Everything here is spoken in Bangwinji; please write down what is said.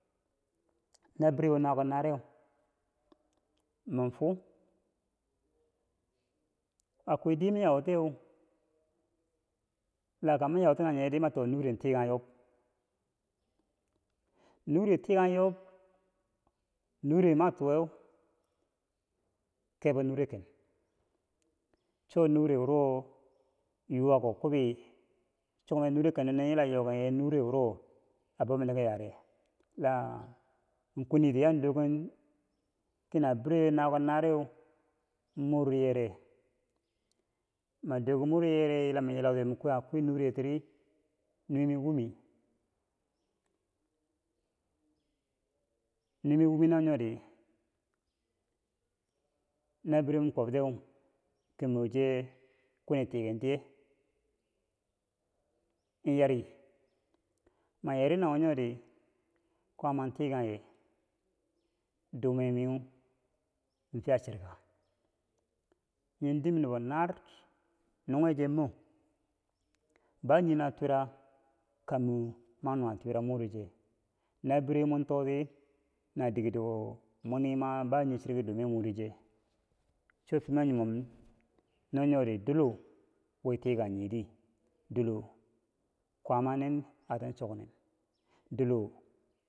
nabirewa nako nareu man fu a kwai diye ma yautiyeu lakambo ma yauti ye ri mato nureu tikanghem yob nure tikanghe yob nure ma tuweu kebou nure ken cho nure wuro yuwako kwabi chokye nure kendo nin yila yoken ye nure nure wuro abou men tiki yare in kwini di yadoken kina birewa nako naareu moryere ma doken mor yere lama yila ti ma kwi nure tiri nuwe mi womi nuwe mi womi nawo nyori nabire ma kwob tiyeu, kimo ce kwen tiken tiye ki mo che la inyari ma yari nawo nyori kwaama tikangheye dume miu fiya cherka nyii dim nubo naare nunghe chemo ba ni nuwa twira ka mon ma nuwa twira moreche, nabire mo tori na dikiro bani cheru more che cho fiye ma nyimon no nyori dilo wi tikangni ti dilo kwaamanin atan choknen, dilo